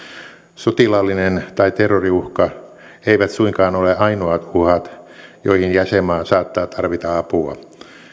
sotilaallinen tai terroriuhka eivät suinkaan ole ainoat uhat joihin jäsenmaa saattaa tarvita apua